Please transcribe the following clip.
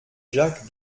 jacques